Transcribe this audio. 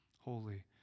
Holy